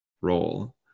role